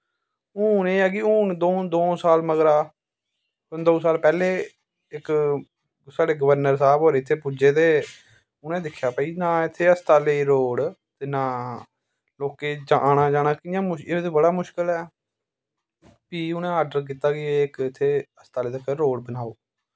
हून एह् कि हून दऊं साल मगरा दऊं साल पैह्ले इक साढ़े गवर्नर साह्ब होर इत्थै पुज्जे उनें दिक्देखेआ ना इत्थै हस्पताले रोड़ ते ना लोकें आना जाना कियां एह् ते बड़ा मुश्कल ऐ फ्ही उनै आर्डर कीता कि इक इत्थै हस्पतालै तक्कर रोड़ बनाओ